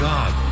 God